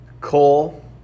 Cole